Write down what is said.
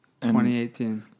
2018